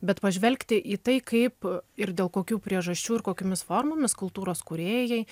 bet pažvelgti į tai kaip ir dėl kokių priežasčių ir kokiomis formomis kultūros kūrėjai